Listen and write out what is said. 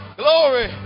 glory